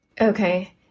Okay